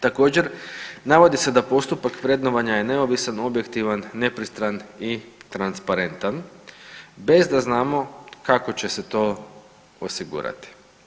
Također navodi se da postupak vrednovanja je neovisan, objektivan, nepristran i transparentan bez da znamo kako će se to osigurati.